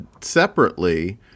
separately